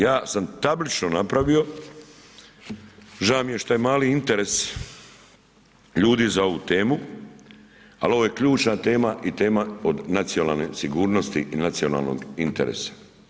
Ja sam tablično napravio, žao mi je što je mali interes ljudi za ovu temu, ali ovo je ključna tema i tema od nacionalne sigurnosti i nacionalnog interesa.